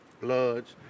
bloods